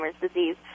disease